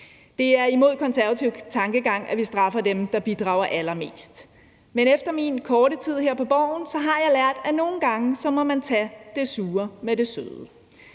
Det er imod Konservatives tankegang, at vi straffer dem, der bidrager allermest, men i min korte tid her på Borgen har jeg lært, at nogle gange må man tage det sure med det søde.